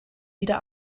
wieder